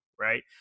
right